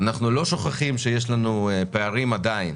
אנחנו לא שוכחים שיש לנו עדיין פערים